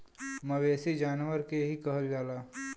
मवेसी जानवर के ही कहल जाला